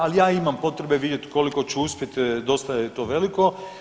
Ali ja imam potrebe vidjeti koliko ću uspjeti, dosta je to veliko.